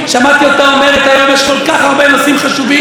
שמעתי אותה אומרת היום: יש כל כך הרבה נושאים חשובים,